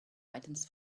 items